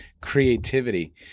creativity